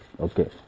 Okay